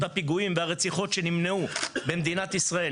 הפיגועים והרציחות שנמנעו במדינת ישראל,